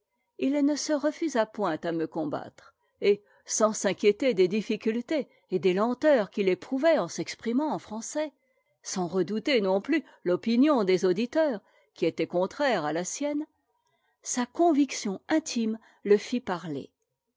il ne se refusa point à me combattre et sans s'inquiéter des difficultés et des lenteurs qu'it éprouvait en s'exprimant en français sans redouter non plus l'opinion des auditeurs qui était contraire la sienne sa conviction intime le u r parler